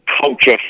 Culture